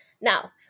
Now